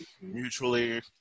mutually